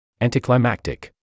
Anticlimactic